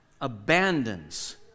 abandons